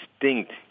distinct